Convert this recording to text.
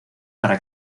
para